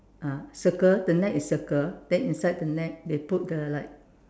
ah circle the net is circle then inside the net they put the like